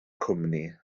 cwmni